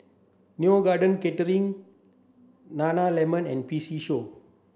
Neo Garden Catering Nana Lemon and P C Show